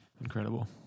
incredible